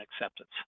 acceptance